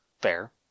Fair